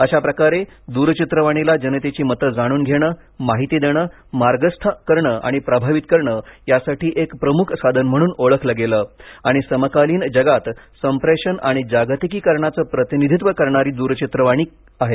अशा प्रकारे दूरचित्रवाणीला जनतेची मतं जाणून घेणं माहिती देणं मार्गस्थ आणि प्रभावित करणे यासाठी एक प्रमुख साधन म्हणून ओळखले गेले आणि समकालीन जगात संप्रेषण आणि जागतिकीकरणाचे प्रतिनिधित्व ते करत आहे